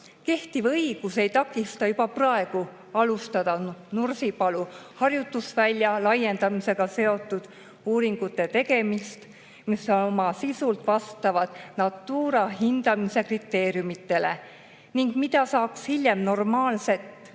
Kehtiv õigus ei takista juba praegu alustada Nursipalu harjutusvälja laiendamisega seotud uuringuid, mis oma sisult vastavad Natura hindamise kriteeriumidele ning mida saaks hiljem normaalset